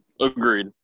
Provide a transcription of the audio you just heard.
Agreed